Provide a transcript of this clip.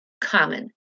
common